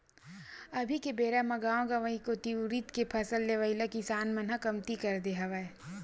अभी के बेरा म गाँव गंवई कोती उरिद के फसल लेवई ल किसान मन ह कमती कर दे हवय